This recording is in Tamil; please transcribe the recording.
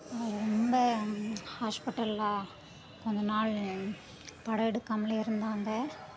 ரொம்ப ஹாஸ்பிடலில் கொஞ்ச நாள் படம் எடுக்காமல் இருந்தாங்க